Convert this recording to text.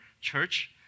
church